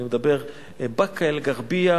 ואני מדבר על באקה-אל-ע'רביה,